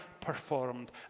performed